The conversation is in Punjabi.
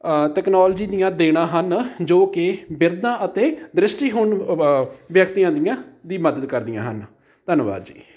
ਤਕਨਾਲੋਜੀ ਦੀਆਂ ਦੇਣਾਂ ਹਨ ਜੋ ਕਿ ਬਿਰਧਾਂ ਅਤੇ ਦ੍ਰਿਸ਼ਟੀਹੀਣ ਵ ਵਿਅਕਤੀਆਂ ਦੀਆਂ ਦੀ ਮਦਦ ਕਰਦੀਆਂ ਹਨ ਧੰਨਵਾਦ ਜੀ